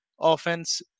offense